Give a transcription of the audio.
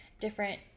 different